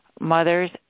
mothers